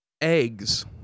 eggs